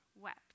wept